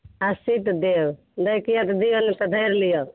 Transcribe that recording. अस्सी तऽ देब दैके यए तऽ दियौ नहि तऽ धरि लिअ